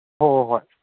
ꯍꯣꯏ ꯍꯣꯏ ꯍꯣꯏ